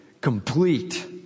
complete